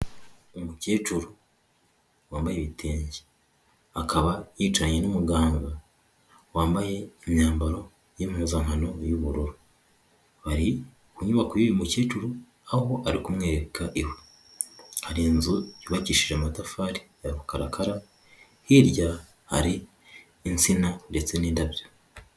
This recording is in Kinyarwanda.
Umukecuru wambaye ibitenge, akaba yicaranye n'umuganga wambaye imyambaro y'impuzankano y'ubururu, bari ku nyubako y'uyu mukecuru aho ari kumwereka iwe, hari inzu yubakishije amatafari ya rukarakara hirya hari insina ndetse n'indabyo.